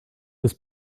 this